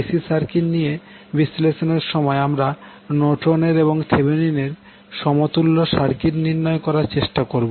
AC circuit নিয়ে বিশ্লেষণের সময় আমরা নর্টনের এবং থেভেনিনের সমতুল্য সার্কিট নির্ণয় করার চেষ্টা করব